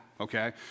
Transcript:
okay